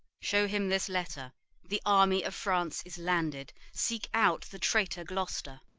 show him this letter the army of france is landed seek out the traitor gloster.